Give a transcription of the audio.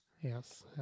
Yes